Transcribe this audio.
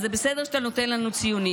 אז זה בסדר שאתה נותן לנו ציונים.